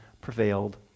prevailed